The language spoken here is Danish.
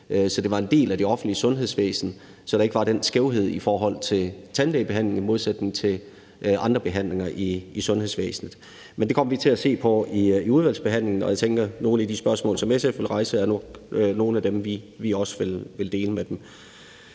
så det var en del af det offentlige sygehusvæsen, og der dermed ikke var den skævhed i forbindelse med tandlægebehandling i forhold til andre behandlinger i sundhedsvæsenet. Men det kommer vi til at se på i udvalgsbehandlingen, og jeg tænker, at nogle af de spørgsmål, som SF vil rejse, er de samme, som vi vil stille.